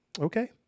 okay